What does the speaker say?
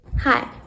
Hi